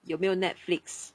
有没有 Netflix